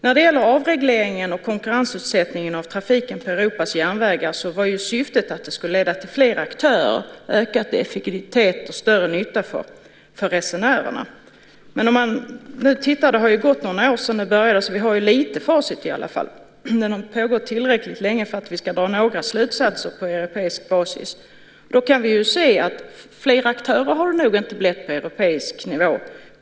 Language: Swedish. När det gäller avregleringen och konkurrensutsättningen av trafiken på Europas järnvägar var ju syftet att det skulle leda till fler aktörer, ökad effektivitet och större nytta för resenärerna. Nu har det gått några år sedan det började, så vi har ju lite facit i alla fall. Detta har nog pågått tillräckligt länge för att vi ska kunna dra några slutsatser på europeisk basis. Då kan man se att fler aktörer har det nog inte blivit på europeisk nivå.